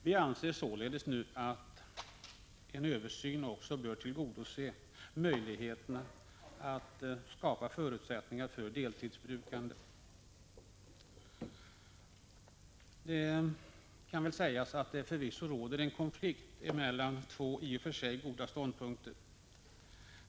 Vi anser nu att en översyn också bör tillgodose möjligheten att skapa förutsättningar för deltidsbrukande. Det råder förvisso en konflikt mellan två i och för sig goda ståndpunkter.